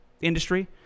industry